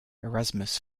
erasmus